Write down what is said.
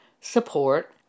support